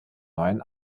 neuen